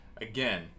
Again